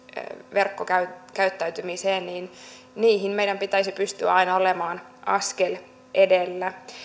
verkkokäyttäytymiseen meidän pitäisi pystyä aina olemaan askel edellä